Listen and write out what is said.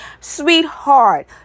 sweetheart